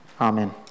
Amen